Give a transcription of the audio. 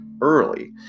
early